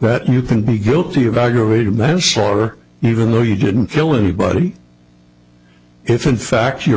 that you can be guilty of aggravated manslaughter even though you didn't kill anybody if in fact you